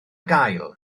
gael